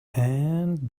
and